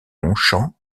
longchamp